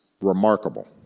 remarkable